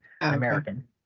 american